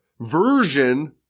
version